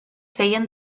feien